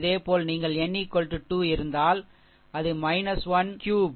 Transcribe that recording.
இதேபோல் நீங்கள் n 2 இருந்தால் அது 1 கியூப்